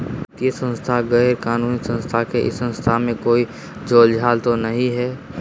वित्तीय संस्था गैर कानूनी संस्था है इस संस्था में कोई झोलझाल तो नहीं है?